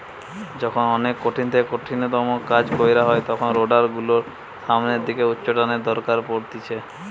যখন অনেক কঠিন থেকে কঠিনতম কাজ কইরা হয় তখন রোডার গুলোর সামনের দিকে উচ্চটানের দরকার পড়তিছে